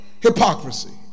hypocrisy